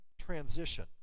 transition